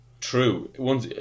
true